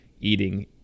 eating